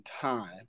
time